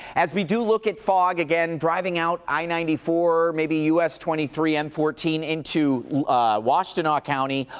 as we do look at fog again, driving out i ninety four, maybe us twenty three, m fourteen, into washtenaw county,